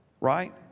Right